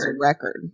record